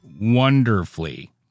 wonderfully